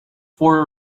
for